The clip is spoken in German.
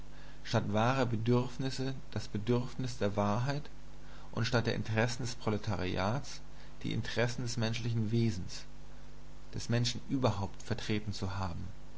statt wahrer bedürfnisse das bedürfnis der wahrheit und statt der interessen des proletariers die interessen des menschlichen wesens des menschen überhaupt vertreten zu haben